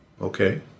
okay